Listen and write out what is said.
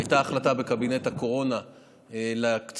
הייתה החלטה בקבינט הקורונה להקצות,